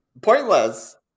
Pointless